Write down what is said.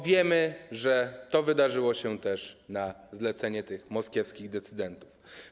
Wiemy, że to wydarzyło się też na zlecenie tych moskiewskich decydentów.